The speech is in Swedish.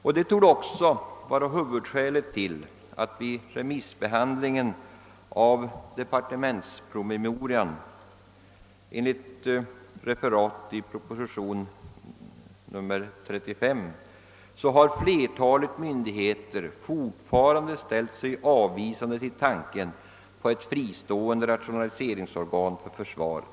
Detta torde vara huvudskälet till att vid remissbehandlingen av departementspromemorian enligt proposition nr 35 »flertalet myndigheter fortfarande ställt sig avvisande till tanken på ett fristående rationaliseringsorgan för försvaret».